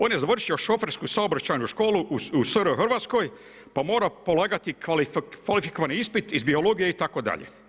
On je završio šofersku saobraćajnu školu u SR Hrvatskoj pa mora polagati kvalifikovani ispit iz biologije itd.